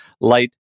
light